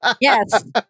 Yes